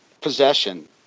possession